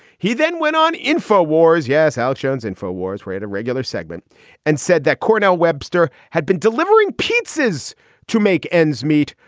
he then went on, infowars? yes. how jones infowars ray had a regular segment and said that cornell webster webster had been delivering pizzas to make ends meet.